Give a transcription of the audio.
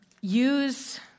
use